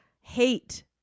hate